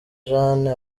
jane